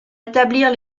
établir